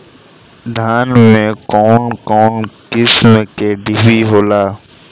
धान में कउन कउन किस्म के डिभी होला?